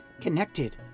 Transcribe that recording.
connected